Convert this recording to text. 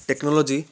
technology